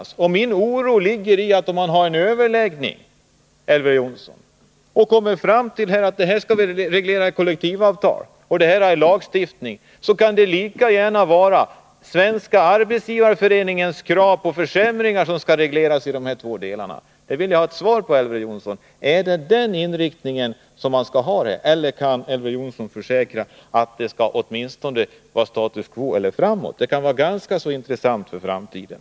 Min oro gäller, Elver Jonsson, att om man nu i en överläggning kommer fram till att en del frågor skall regleras i kollektivavtal och andra i lagstiftning, så kan det lika gärna vara Svenska arbetsgivareföreningens krav på försämringar som skall regleras på de här båda sätten. Jag vill ha ett svar på om det är den inriktningen man kommer att ha. Eller kan Elver Jonsson försäkra att vi åtminstone skall ha status quo eller att vi skall gå framåt? Det kan vara intressant att veta hur det skall bli för framtiden.